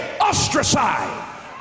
ostracized